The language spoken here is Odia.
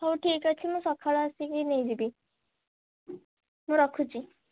ହଉ ଠିକ୍ଅଛି ମୁଁ ସକାଳେ ଆସିକି ନେଇଯିବି ମୁଁ ରଖୁଛି